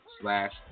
slash